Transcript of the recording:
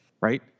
right